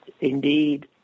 indeed